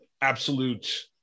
absolute